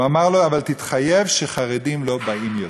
הוא אמר לו: אבל תתחייב שחרדים לא באים יותר.